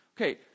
okay